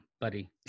buddy